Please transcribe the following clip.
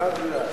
חוק רשות